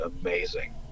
amazing